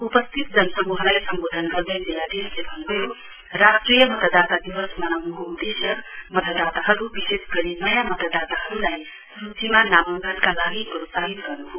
उपस्थित जनसमूहलाई सम्वोधन गर्दै जिल्लाधीशले भन्नुभयो राष्ट्रिय मतदाता दिवस मनाउनुको उदेश्य मतदाताहरु विशेष गरी नयाँ मतदाताहरुलाई सूचीमा नामाङ्कनका लागि प्रोत्साहित गर्नु हो